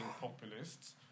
populists